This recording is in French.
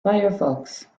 firefox